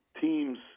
teams